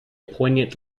poignant